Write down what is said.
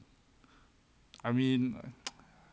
I mean